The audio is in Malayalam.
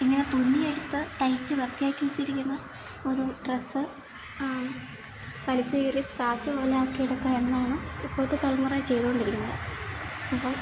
ഇങ്ങനെ തുന്നിയെടുത്ത് തയിച്ച് വൃത്തിയാക്കി വെച്ചിരിക്കുന്ന ഒരു ഡ്രസ്സ് വലിച്ചു കീറി സ്ക്രാച്ച് പോലാക്കിയെടുക്കുക എന്നാണ് ഇപ്പോഴത്തെ തലമുറ ചെയ്തുകൊണ്ടിരിക്കുന്നത് അപ്പം